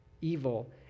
evil